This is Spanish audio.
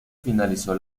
finalizó